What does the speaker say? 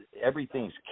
everything's